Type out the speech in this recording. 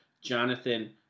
jonathan